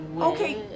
Okay